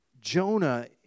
Jonah